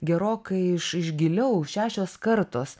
gerokai iš iš giliau šešios kartos